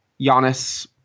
Giannis